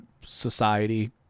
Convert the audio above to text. society